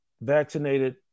vaccinated